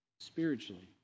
spiritually